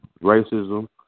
racism